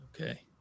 Okay